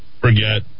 forget